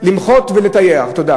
למחוק ולטייח את הנושא הזה.